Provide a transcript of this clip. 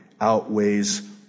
outweighs